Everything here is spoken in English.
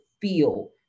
feel